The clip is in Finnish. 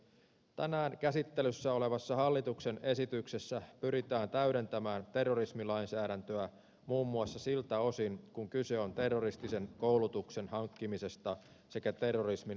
tänään käsittelyssä olevassa hallituksen esityksessä pyritään täydentämään terrorismilainsäädäntöä muun muassa siltä osin kuin kyse on terroristisen koulutuksen hankkimisesta sekä terrorismin rahoittamisesta